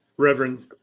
Reverend